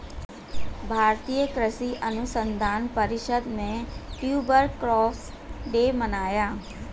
भारतीय कृषि अनुसंधान परिषद ने ट्यूबर क्रॉप्स डे मनाया